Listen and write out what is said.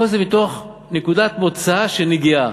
כל זה מנקודת מוצא של נגיעה.